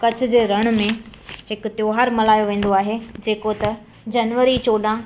कच्छ जे रण में हिकु त्योहार मल्हायो वेंदो आहे जे को त जनवरी चोॾहां